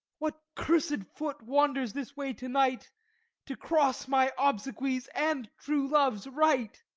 what cursed foot wanders this way to-night, to cross my obsequies and true love's rite?